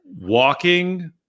walking